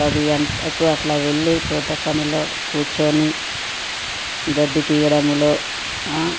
పది గంటలకు అట్ల వెళ్ళి తోట పనిలో కూర్చొని గడ్డి తీయడంలో